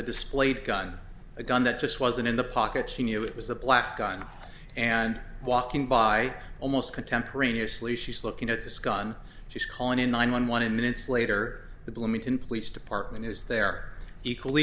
displayed gun a gun that just wasn't in the pocket she knew it was a black gun and walking by almost contemporaneously she's looking at this gun she's calling nine one one in minutes later the bloomington police department is there equally